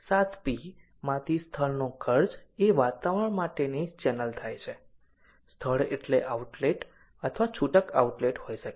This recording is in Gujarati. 7P માંથી સ્થળ નો અર્થ એ વિતરણ માટેની ચેનલ થાય છે સ્થળ એટલે આઉટલેટ અથવા છૂટક આઉટલેટ હોઈ શકે